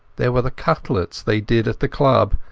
there were the cutlets they did at the club,